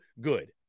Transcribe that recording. good